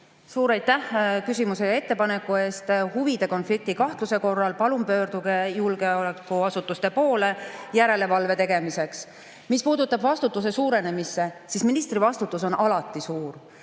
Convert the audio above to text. Suur aitäh küsimuse ja ettepaneku eest! Huvide konflikti kahtluse korral palun pöörduge julgeolekuasutuste poole järelevalve tegemiseks. Mis puudutab vastutuse suurenemist, siis ministri vastutus on alati suur.